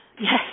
yes